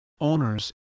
Owners